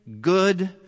good